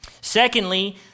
secondly